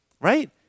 Right